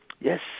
yes